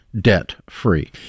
debt-free